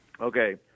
Okay